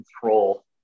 control